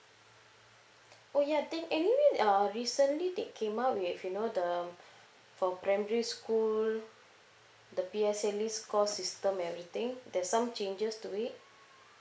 oh ya think any uh recently they came up with you know the for primary school the P_S_L_E score system everything there's some changes to it